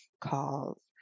calls